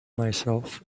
myself